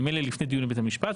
ממילא לפני דיונים בבית המשפט,